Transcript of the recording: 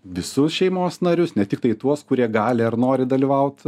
visus šeimos narius ne tiktai tuos kurie gali ar nori dalyvaut